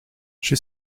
j’ai